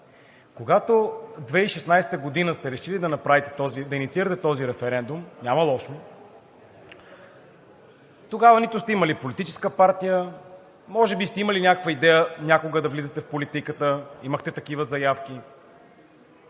Когато 2016 г. сте решили да инициирате този референдум – няма лошо, тогава нито сте имали политическа партия, може би сте имали някаква идея някога да влизате в политиката – имахте такива заявки,